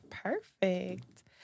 Perfect